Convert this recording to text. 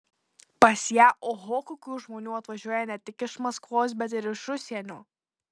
pas ją oho kokių žmonių atvažiuoja ne tik iš maskvos bet ir iš užsienio